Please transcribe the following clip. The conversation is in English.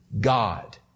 God